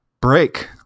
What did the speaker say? break